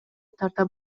тарта